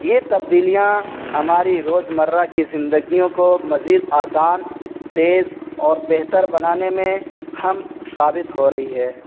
یہ تبدیلیاں ہماری روز مرہ کی زندگیوں کو مزید آسان تیز اور بہتر بنانے میں ہم ثابت ہو رہی ہے